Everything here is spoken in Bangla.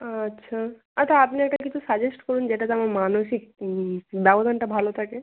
আচ্ছা আচ্ছা আপনি একটা কিছু সাজেস্ট করুন যেটাতে আমার মানসিক ব্যবধানটা ভালো থাকে